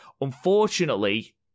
Unfortunately